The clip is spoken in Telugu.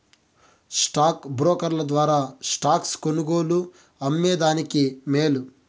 స్టాక్ బ్రోకర్ల ద్వారా స్టాక్స్ కొనుగోలు, అమ్మే దానికి మేలు